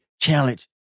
Challenge